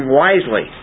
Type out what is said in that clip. wisely